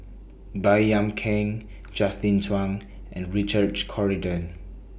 Baey Yam Keng Justin Zhuang and Richard Corridon